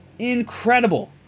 Incredible